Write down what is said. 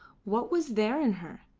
what was there in her?